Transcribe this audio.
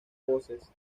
voces